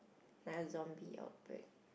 like a zombie outbreak